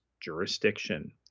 jurisdiction